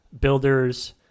builders